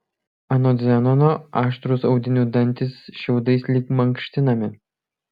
anot zenono aštrūs audinių dantys šiaudais lyg mankštinami